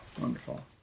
Wonderful